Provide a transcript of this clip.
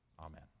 Amen